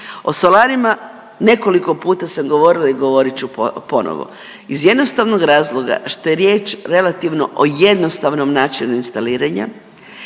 O solarima nekoliko puta sam govorila i govorit ću ponovo iz jednostavnog razloga što je riječ relativno o jednostavnom načinu instaliranja,